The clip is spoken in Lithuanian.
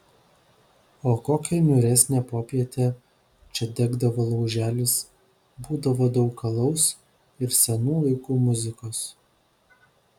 o kokią niūresnę popietę čia degdavo lauželis būdavo daug alaus ir senų laikų muzikos